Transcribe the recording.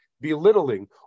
belittling